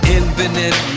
infinite